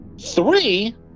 Three